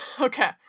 Okay